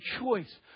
choice